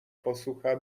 posucha